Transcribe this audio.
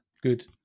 good